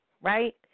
Right